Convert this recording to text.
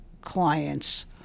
clients